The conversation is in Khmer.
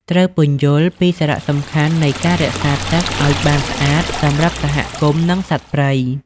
ត្រូវពន្យល់ពីសារៈសំខាន់នៃការ រក្សាទឹក ឱ្យបានស្អាតសម្រាប់សហគមន៍និងសត្វព្រៃ។